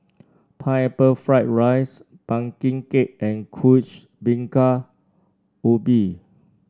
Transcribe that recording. Pineapple Fried Rice pumpkin cake and Kuih Bingka Ubi